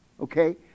okay